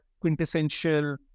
quintessential